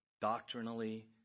Doctrinally